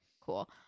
Cool